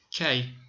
Okay